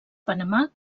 panamà